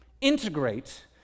integrate